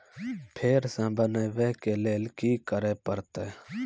फेर सॅ बनबै के लेल की करे परतै?